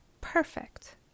perfect